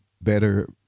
better